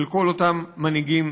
של כל אותם מנהיגים